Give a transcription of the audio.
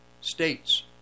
states